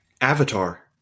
Avatar